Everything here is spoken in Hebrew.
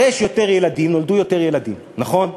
הרי יש יותר ילדים, נולדו יותר ילדים, נכון.